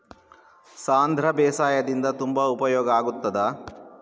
ಸಾಂಧ್ರ ಬೇಸಾಯದಿಂದ ತುಂಬಾ ಉಪಯೋಗ ಆಗುತ್ತದಾ?